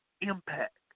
impact